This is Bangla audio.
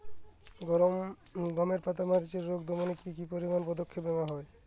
গমের পাতার মরিচের রোগ দমনে কি কি পরিমাপক পদক্ষেপ নেওয়া হয়?